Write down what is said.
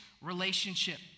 relationship